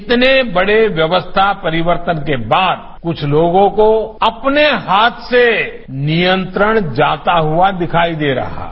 इतने बड़े व्यवस्था परिवर्तन के बाद कुछ लोगों को अपने हाथ से नियंत्रण जाता हुआ दिखाई दे रहा है